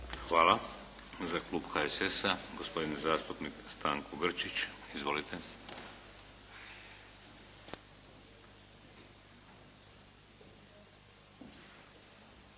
Hvala. Za klub HSS-a gospodin zastupnik Stanko Grčić. Izvolite.